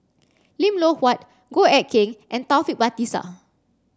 Lim Loh Huat Goh Eck Kheng and Taufik Batisah